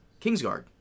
Kingsguard